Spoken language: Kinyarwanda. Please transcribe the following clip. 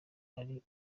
ari